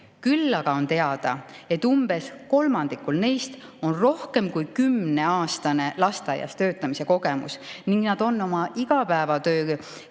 Küll on teada, et umbes kolmandikul neist on rohkem kui kümneaastane lasteaias töötamise kogemus ning nad on oma igapäevatöö